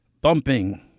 Bumping